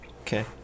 Okay